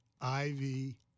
Ivy